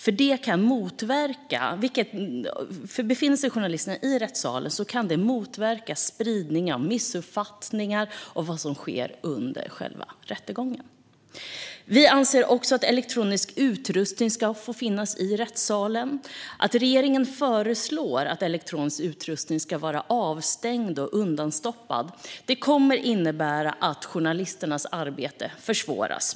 Om journalisterna befinner sig i rättssalen kan det motverka spridning av missuppfattningar av vad som sker under själva rättegången. Vi anser också att elektronisk utrustning ska få finnas i rättssalen. Regeringen föreslår att elektronisk utrustning ska vara avstängd och undanstoppad. Det kommer att innebära att journalisternas arbete försvåras.